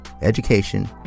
Education